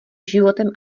životem